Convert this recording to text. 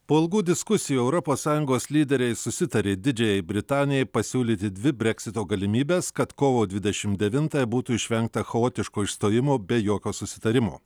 po ilgų diskusijų europos sąjungos lyderiai susitarė didžiajai britanijai pasiūlyti dvi breksito galimybes kad kovo dvidešim devintąją būtų išvengta chaotiško išstojimo be jokio susitarimo